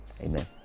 amen